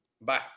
Bye